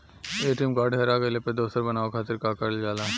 ATM card हेरा गइल पर दोसर बनवावे खातिर का करल जाला?